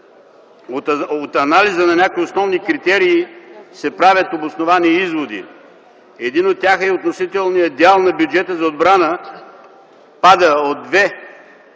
от анализа на някои основни критерии се правят обосновани изводи. Един от тях е относителният дял на бюджета за отбрана, който пада от